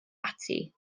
ati